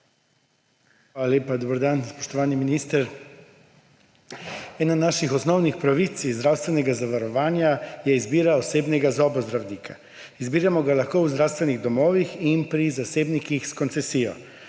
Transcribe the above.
Hvala lepa. Dober dan, spoštovani minister! Ena naših osnovnih pravic iz zdravstvenega zavarovanja je izbira osebnega zobozdravnika. Izbiramo ga lahko v zdravstvenih domovih in pri zasebnikih s koncesijo.